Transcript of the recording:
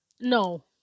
no